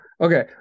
okay